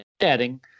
adding